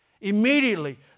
Immediately